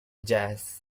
jazz